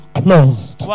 closed